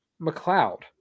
McLeod